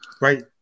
Right